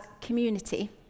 community